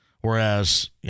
Whereas